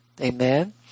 Amen